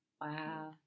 Wow